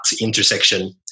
intersection